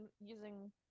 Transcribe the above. using